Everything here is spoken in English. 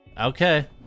okay